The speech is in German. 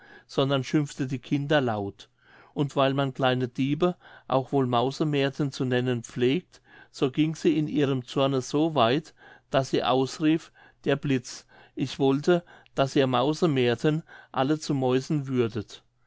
sondern schimpfte die kinder laut und weil man kleine diebe auch wohl mausemärten zu nennen pflegt so ging sie in ihrem zorne so weit daß sie ausrief der blitz ich wollte daß ihr mausemärten alle zu mäusen würdet